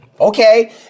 Okay